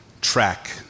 track